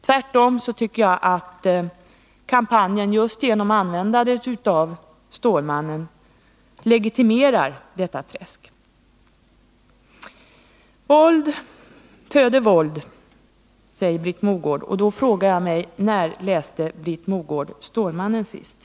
Jag tycker att kampanjen just genom användandet av Stålmannen legitimerar detta träsk. Våld föder våld, säger Britt Mogård. Då frågar jag mig: När läste Britt Mogård Stålmannen sist?